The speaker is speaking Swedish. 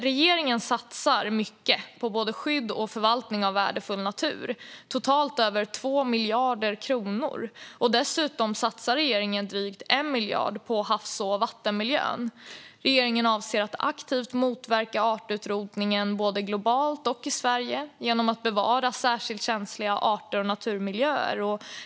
Regeringen satsar mycket på både skydd och förvaltning av värdefull natur, totalt över 2 miljarder kronor. Dessutom satsar regeringen drygt 1 miljard på havs och vattenmiljön. Regeringen avser att aktivt motverka artutrotningen, både globalt och i Sverige, genom att bevara särskilt känsliga arter och naturmiljöer.